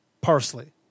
parsley